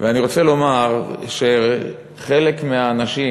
רוצה לומר שחלק מהאנשים,